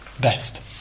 best